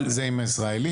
אבל --- זה עם ישראלים,